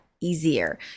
easier